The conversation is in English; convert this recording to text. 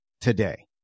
today